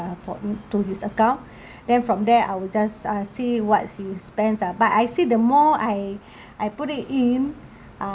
uh for him to his account then from there I will just uh see what he spends ah but I see the more I I put it in uh